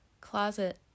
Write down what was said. closet